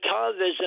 television